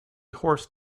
horse